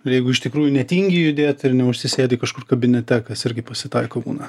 jeigu iš tikrųjų netingi judėt ir neužsisėdi kažkur kabinete kas irgi pasitaiko būna